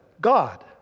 God